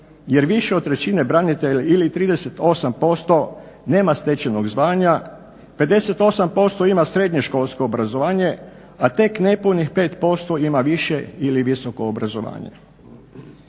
jer više od trećine branitelja ili 38% nema stečenog znanja, 58% ima srednjoškolsko obrazovanje, a tek nepunih 5% ima više ili visoko obrazovanje.